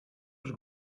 els